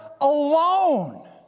alone